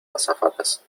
azafatas